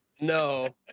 no